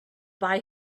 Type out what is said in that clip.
buy